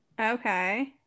Okay